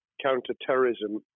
counter-terrorism